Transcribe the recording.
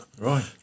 Right